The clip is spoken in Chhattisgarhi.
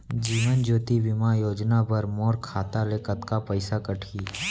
जीवन ज्योति बीमा योजना बर मोर खाता ले कतका पइसा कटही?